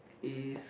is